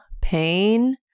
pain